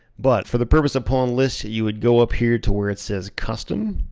but for the purpose of pulling lists, you would go up here to where it says custom.